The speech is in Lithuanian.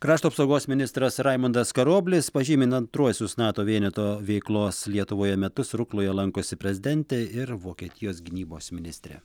krašto apsaugos ministras raimundas karoblis pažymint antruosius nato vieneto veiklos lietuvoje metus rukloje lankosi prezidentė ir vokietijos gynybos ministrė